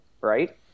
right